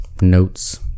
notes